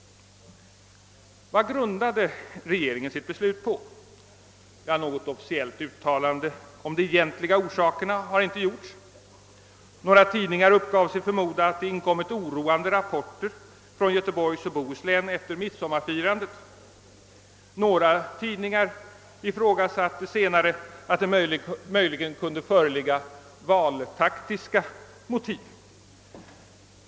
Vad grundade regeringen sitt beslut på? Något officiellt uttalande om de egentliga orsakerna har inte gjorts. Några tidningar uppgav sig förmoda att det inkommit oroande rapporter från Göteborgs och Bohus län efter midsommarfirandet. Några tidningar ifrågasatte senare att det möjligen kunde föreligga valtaktiska motiv.